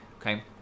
okay